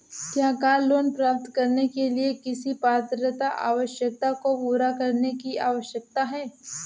क्या car loan प्राप्त करने के लिए किसी पात्रता आवश्यकता को पूरा करने की आवश्यकता है?